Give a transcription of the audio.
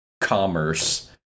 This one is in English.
commerce